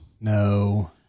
No